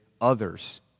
others